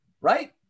right